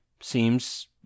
Seems